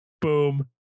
boom